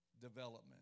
development